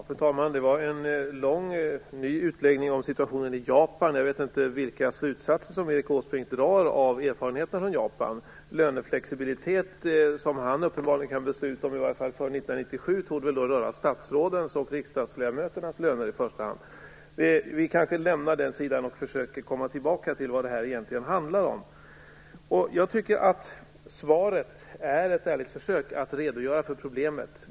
Fru talman! Det var en lång utläggning om situationen i Japan. Jag vet inte vilka slutsatser som Erik Åsbrink drar av erfarenheterna från Japan. Den löneflexibilitet som han beslutade om för 1997 torde väl i första hand röra statsrådens och riksdagsledamöternas löner. Jag lämnar detta och försöker att återkomma till vad detta egentligen handlar om. Jag tycker svaret är ett ärligt försök att redogöra för problemet.